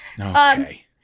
Okay